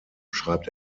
schreibt